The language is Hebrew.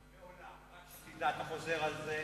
רק שתדע, אתה חוזר על זה.